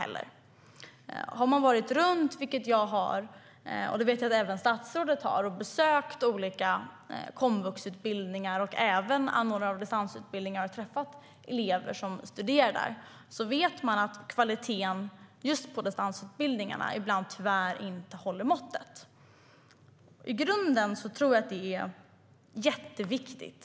Om man har varit runt - vilket jag har och vilket jag vet att även statsrådet har - och besökt olika komvuxutbildningar och även anordnare av distansutbildningar och träffat elever som studerar vet man att kvaliteten just på distansutbildningarna ibland tyvärr inte håller måttet. Jag tror i grunden att distansutbildningar är jätteviktiga.